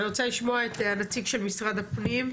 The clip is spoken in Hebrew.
אני רוצה לשמוע את הנציג של משרד הפנים,